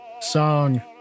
Song